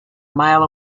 mile